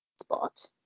spot